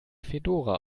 fedora